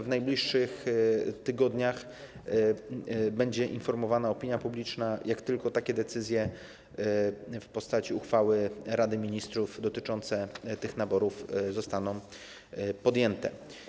W najbliższych tygodniach będzie o nich informowana opinia publiczna, jak tylko decyzje, w postaci uchwały Rady Ministrów, dotyczące tych naborów zostaną podjęte.